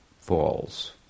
falls